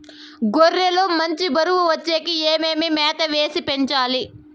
గొర్రె లు మంచి బరువు వచ్చేకి ఏమేమి మేత వేసి పెంచాలి?